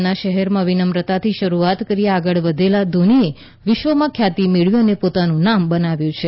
નાના શહેરમાં વિનમ્રતાથી શરૂઆત કરી આગળ વાઘેલા ધોનીએ વિશ્વમાં ખ્યાતિ મેળવી અને પોતાનું નામ બનાવ્યું છે